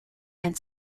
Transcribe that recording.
and